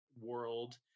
world